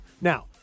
now